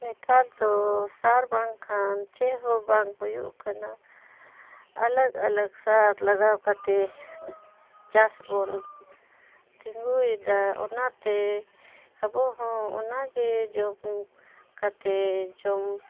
ᱱᱮᱛᱟᱨ ᱫᱚ ᱥᱟᱨ ᱵᱟᱝᱠᱷᱟᱱ ᱪᱮᱫ ᱦᱚᱸ ᱵᱟᱝ ᱦᱩᱭᱩᱜ ᱠᱟᱱᱟ ᱟᱞᱟᱠ ᱟᱞᱟᱠ ᱥᱟᱨ ᱞᱟᱜᱟᱣ ᱠᱟᱛᱮᱫ ᱪᱟᱥ ᱵᱚᱱ ᱛᱤᱸᱜᱩᱭᱮᱫᱟ ᱚᱱᱟᱛᱮ ᱟᱵᱚ ᱦᱚᱸ ᱚᱱᱟᱜᱮ ᱡᱚᱢ ᱠᱟᱛᱮᱫ ᱡᱚᱢ